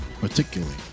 particularly